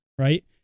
right